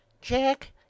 jack